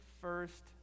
first